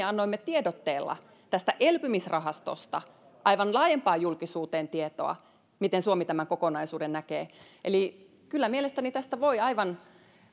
annoimme tiedotteella tästä elpymisrahastosta aivan laajempaan julkisuuteen tietoa miten suomi tämän kokonaisuuden näkee eli kyllä mielestäni tästä voi aivan